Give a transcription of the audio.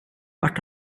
vart